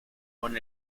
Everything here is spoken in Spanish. con